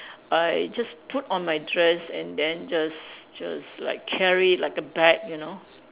I just put on my dress and then just just like carry it like a bag you know